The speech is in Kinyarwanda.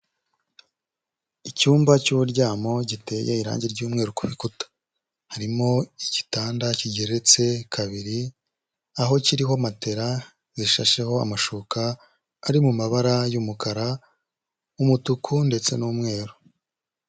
Icyumba cy'uburyamo giteye irangi ry'umweru ku bikuta. Harimo igitanda kigeretse kabiri, aho kiriho matela zishasheho amashuka, ari mu mabara y'umukara, umutuku ndetse n'umweru.